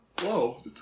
whoa